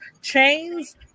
chains